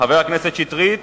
שטרית